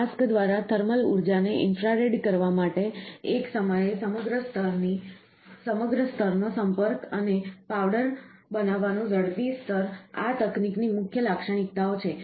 mask દ્વારા thermal ઉર્જાને infrared કરવા માટે એક સમયે સમગ્ર સ્તરનો સંપર્ક અને પાવડર બનાવવાનું ઝડપી સ્તર આ તકનીકની મુખ્ય લાક્ષણિકતાઓ છે